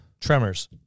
Tremors